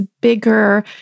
bigger